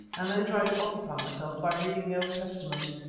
and then tried to occupy myself by reading the old testament,